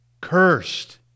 cursed